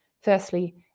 firstly